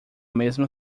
mesma